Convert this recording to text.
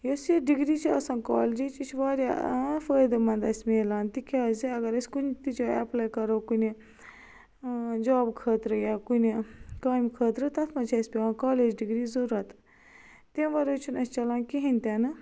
یۄس یہ ڈِگری چھِ آسان کالیچ یہ چھِ واریاہ فٲیدٕ مند اسہِ میلان تِکیازِ اگر أسۍ کنۍ تہِ جاے ایپلاے کرو کُنۍ جوبہٕ خٲطرٕ یا کُنۍ کامہِ خٲطرٕ تتھ منٛز چھُ أسۍ پیوان کالیج ڈِگری ضوٚرت تمہِ وراے چھُ نہ اسہِ چلان کِہٚین تہِ نہ